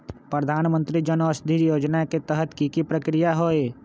प्रधानमंत्री जन औषधि योजना के तहत की की प्रक्रिया होई?